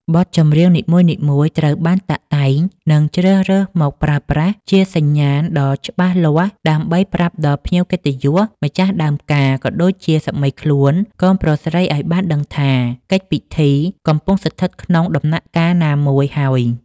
បទចម្រៀងនីមួយៗត្រូវបានតាក់តែង និងជ្រើសរើសមកប្រើប្រាស់ជាសញ្ញាណដ៏ច្បាស់លាស់ ដើម្បីប្រាប់ដល់ភ្ញៀវកិត្តិយស ម្ចាស់ដើមការ ក៏ដូចជាសាមីខ្លួនកូនប្រុសស្រីឱ្យបានដឹងថា កិច្ចពិធីកំពុងស្ថិតក្នុងដំណាក់កាលណាមួយហើយ។